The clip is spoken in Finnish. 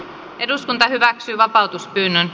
eduskunta hyväksyi vapautuspyynnön